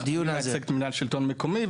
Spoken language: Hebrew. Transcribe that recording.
אני מייצג את מינהל שלטון מקומי,